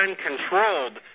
UN-controlled